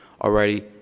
Alrighty